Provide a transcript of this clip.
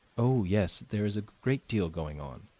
oh, yes, there is a great deal going on,